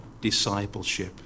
Discipleship